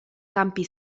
campi